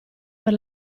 per